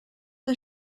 the